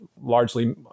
largely